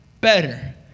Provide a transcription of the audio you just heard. Better